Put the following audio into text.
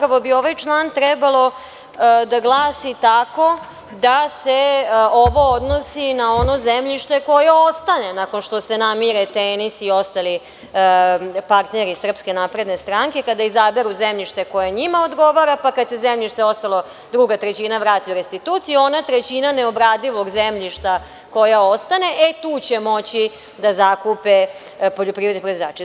Ovaj član bi trebao da glasi tako da se ovo odnosi na ono zemljište koje ostane nakon što se namire Tenis i ostali partneri SNS kada izaberu zemljište koje njima odgovara, pa kad se druga trećina vrati u restituciju, ona trećina neobradivog zemljišta koja ostane, e tu će moći da zakupe poljoprivredni proizvođači.